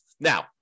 Now